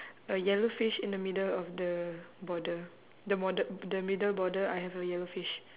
a yellow fish in the middle of the border the border the middle border I have a yellow fish